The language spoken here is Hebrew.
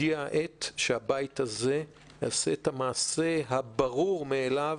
הגיעה העת שהבית הזה יעשה את המעשה הברור מאליו,